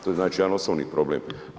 To je znači jedan osnovni problem.